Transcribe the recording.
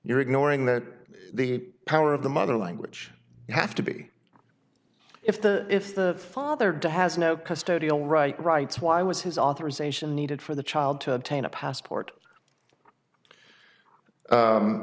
you're ignoring that the power of the mother language you have to be if the if the father die has no custodial rights rights why was his authorization needed for the child to obtain a passport